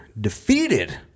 defeated